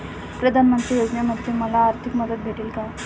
प्रधानमंत्री योजनेमध्ये मला आर्थिक मदत भेटेल का?